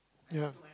ya